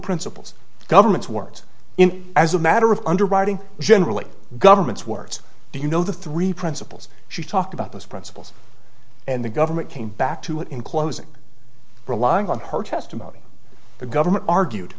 principles governments worked in as a matter of underwriting generally governments words do you know the three principles she talked about those principles and the government came back to her in closing relying on her testimony the government argued